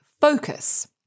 focus